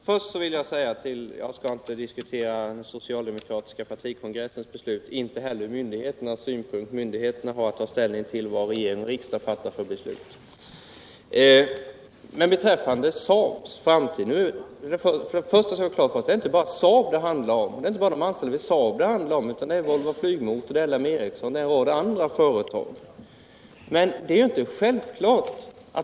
Herr talman! Jag skall inte ytterligare diskutera den socialdemokratiska partikongressens beslut och inte heller myndigheternas synpunkter. Myndigheterna har att anpassa sig till de beslut som riksdag och regering fattar. Vi skall ha klart för oss att det inte bara är de anställda vid Saab det handlar om, utan det är också de anställda vid Volvo Flygmotor, L M Ericsson och en rad andra företag.